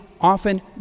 often